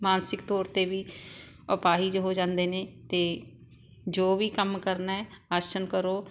ਮਾਨਸਿਕ ਤੌਰ 'ਤੇ ਵੀ ਅਪਾਹਿਜ ਹੋ ਜਾਂਦੇ ਨੇ ਅਤੇ ਜੋ ਵੀ ਕੰਮ ਕਰਨਾ ਹੈ ਆਸਣ ਕਰੋ